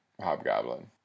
Hobgoblin